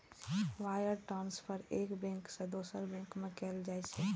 wire transfer एक bank सं दोसर बैंक में कैल जाइ छै